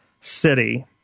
city